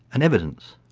and evidence.